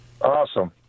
Awesome